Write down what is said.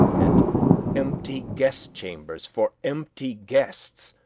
and empty guest chambers for empty guests,